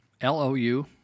L-O-U